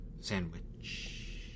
sandwich